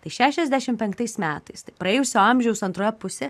tai šešiasdešim penktais metais praėjusio amžiaus antroje pusėje